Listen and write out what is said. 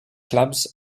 clubs